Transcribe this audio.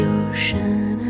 ocean